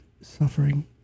suffering